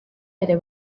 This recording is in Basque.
ere